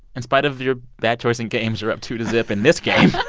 in spite of your bad choice in games, you're up two to zip in this game ah